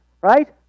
right